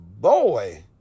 boy